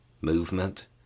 movement